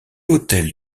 autel